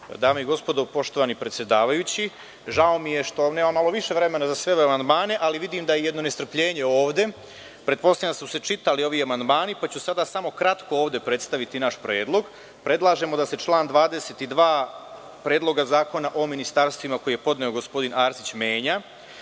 Dame i gospodo, poštovani predsedavajući, žao mi je što nemam malo više vremena za sve ove amandmane, ali vidim da je jedno nestrpljenje ovde. Pretpostavljam da su se čitali ovi amandmani, pa ću sada samo kratko ovde predstaviti naš predlog. Predlažemo da se član 22. Predloga zakona o ministarstvima, koji je podneo gospodin Arsić, menja,